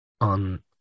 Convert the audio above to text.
on